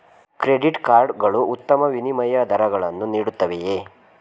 Credit card ಗಳು ಉತ್ತಮ ವಿನಿಮಯ ದರಗಳನ್ನು ನೀಡುತ್ತವೆಯೇ?